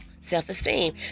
self-esteem